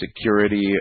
security